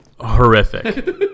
Horrific